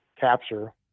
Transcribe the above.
capture